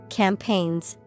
campaigns